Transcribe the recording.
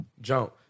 jump